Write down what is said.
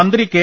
മന്ത്രി കെ